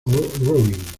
robin